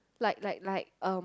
like like like um